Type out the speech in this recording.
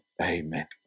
Amen